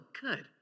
good